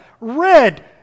red